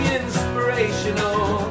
inspirational